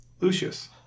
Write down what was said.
Lucius